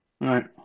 Right